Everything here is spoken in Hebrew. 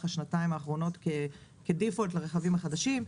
השנתיים הקרובות כדיפולט לרכבים החדשים.